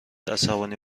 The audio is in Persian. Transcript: عصبانی